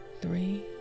Three